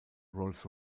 rolls